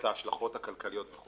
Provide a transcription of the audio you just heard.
ההשלכות הכלכליות.